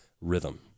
rhythm